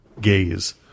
gaze